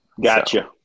Gotcha